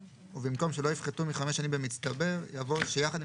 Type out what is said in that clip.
ובמקום "שלא יפחתו מחמש שנים במצטבר" יבוא "שיחד עם